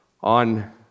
on